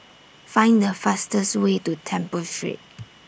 Find The fastest Way to Temple Street